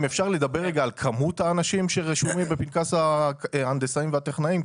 אם אפשר לדבר רגע על כמות האנשים שרשומים בפנקס ההנדסאים והטכנאים?